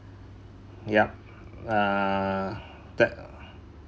yup uh that